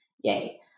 Yay